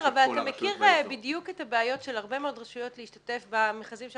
אתה מכיר בדיוק את הבעיות של הרבה מאוד רשויות להשתתף במכרזים של